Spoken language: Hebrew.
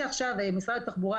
משרד התחבורה,